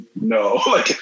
no